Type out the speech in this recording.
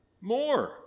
More